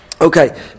Okay